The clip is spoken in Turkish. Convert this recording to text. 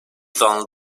zanlı